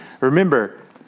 Remember